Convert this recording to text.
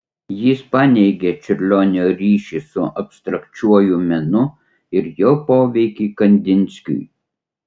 jis paneigė čiurlionio ryšį su abstrakčiuoju menu ir jo poveikį kandinskiui